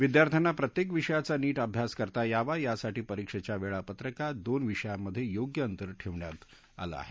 विद्यार्थ्यांना प्रत्येक विषयाचा नीट अभ्यास करता यावा यासाठी परीक्षेच्या वेळापत्रकात दोन विषयांमधे योग्य अंतर ठेवण्यात आलं आहे